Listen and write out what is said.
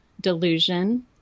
delusion